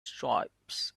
stripes